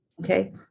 Okay